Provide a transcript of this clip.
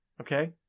Okay